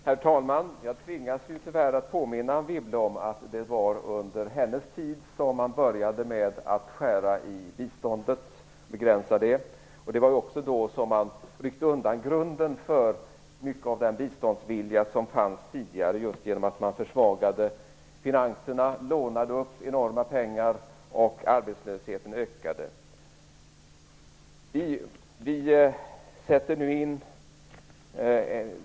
Herr talman! Jag tvingas tyvärr påminna Anne Wibble om att det var under hennes tid i regeringen som man började skära i biståndet. Det var också då som man ryckte undan grunden för mycket av den biståndsvilja som fanns tidigare genom att man försvagade finanserna, genom att man lånade upp enorma pengar och genom att arbetslösheten ökade.